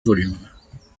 volumes